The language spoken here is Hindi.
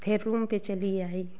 फिर रूम पर चली आई